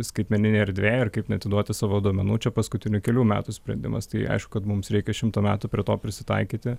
skaitmeninėj erdvėj ir kaip neatiduoti savo duomenų čia paskutinių kelių metų sprendimas tai aišku kad mums reikia šimto metų prie to prisitaikyti